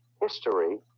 history